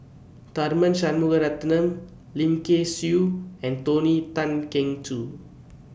Tharman Shanmugaratnam Lim Kay Siu and Tony Tan Keng Joo